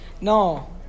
No